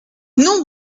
non